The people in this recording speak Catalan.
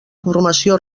formació